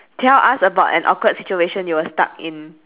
tell us about an awkward situation you were stuck in